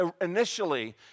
initially